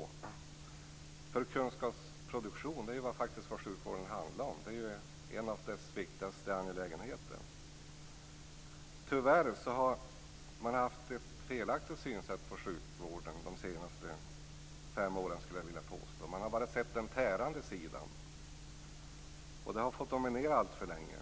Sjukvården handlar faktiskt om kunskapsproduktion - en av de viktigaste angelägenheterna. Jag vill påstå att man under de senaste fem åren har haft ett felaktigt synsätt på sjukvården. Man har bara sett den tärande sidan. Den har fått dominera alltför länge.